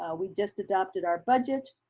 we just adopted our budget.